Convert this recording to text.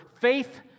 faith